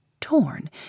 Torn